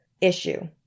issue